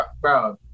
bro